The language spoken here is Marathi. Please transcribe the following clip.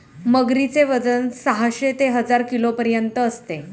मगरीचे वजन साहशे ते हजार किलोपर्यंत असते